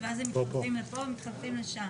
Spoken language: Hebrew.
שכל פעם המתווה הזה נשחק.